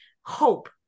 hope